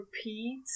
repeat